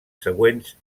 següents